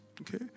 okay